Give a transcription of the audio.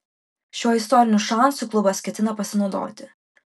šiuo istoriniu šansu klubas ketina pasinaudoti